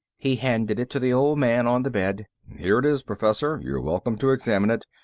he handed it to the old man on the bed. here it is, professor. you're welcome to examine it.